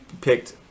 picked